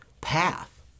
path